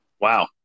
Wow